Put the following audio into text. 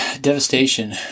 devastation